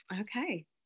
okay